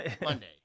Monday